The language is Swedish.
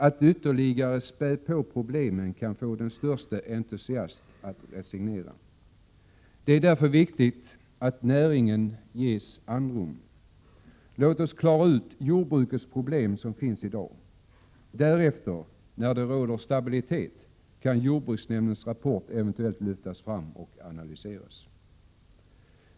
Att ytterligare späda på problemen kan få den största entusiast att resignera. Det är därför viktigt att näringen ges andrum. Låt oss klara ut de problem som jordbruket har i dag. Därefter, när det råder stabilitet, kan jordbruksnämndens rapport eventuellt lyftas fram och analyseras.